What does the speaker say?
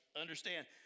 understand